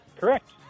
Correct